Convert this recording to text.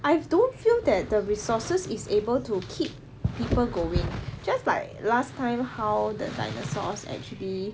I don't feel that the resources is able to keep people going just like last time how the dinosaurs actually